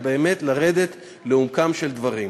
אלא באמת לרדת לעומקם של דברים,